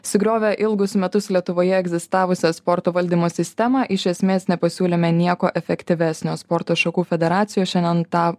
sugriovę ilgus metus lietuvoje egzistavusią sporto valdymo sistemą iš esmės nepasiūlėme nieko efektyvesnio sporto šakų federacijos šiandien tą